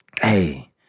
Hey